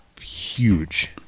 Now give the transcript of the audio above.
huge